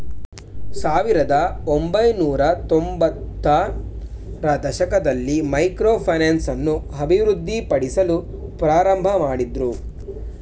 ಸಾವಿರದ ಒಂಬೈನೂರತ್ತೊಂಭತ್ತ ರ ದಶಕದಲ್ಲಿ ಮೈಕ್ರೋ ಫೈನಾನ್ಸ್ ಅನ್ನು ಅಭಿವೃದ್ಧಿಪಡಿಸಲು ಪ್ರಾರಂಭಮಾಡಿದ್ರು